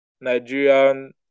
Nigerian